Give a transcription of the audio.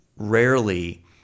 rarely